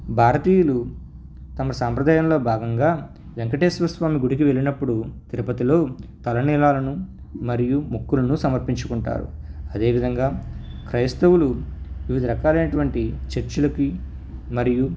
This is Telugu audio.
భారతీయులు తమ సాంప్రదాయంలో భాగంగా వెంకటేశ్వర స్వామి గుడికి వెళ్ళినప్పుడు తిరుపతిలో తలనీలాలను మరియు మొక్కులను సమర్పించుకుంటారు అదేవిధంగా క్రైస్తవులు వివిధ రకాలు అయినటువంటి చర్చులకి మరియు